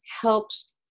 helps